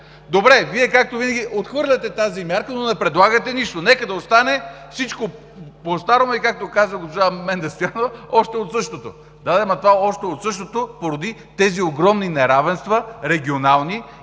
Добре, Вие, както винаги, отхвърляте тази мярка, но не предлагате нищо. Нека да остане всичко постарому и, както каза госпожа Менда Стоянова, „още от същото“. Да, но това „още от същото“ породи тези огромни регионални